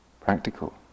Practical